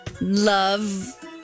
Love